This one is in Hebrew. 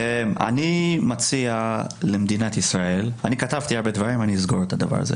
אני כתבתי הרבה דברים אבל אני אסגור את זה.